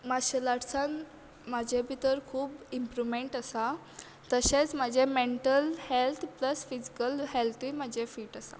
martial आर्टसान म्हजे भितर खूब इंमप्रुमेंट आसा तशेंच म्हजें मेंटल हेल्त प्लस फिजीकल हेल्तय म्हजें फीट आसा